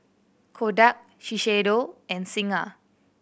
Kodak Shiseido and Singha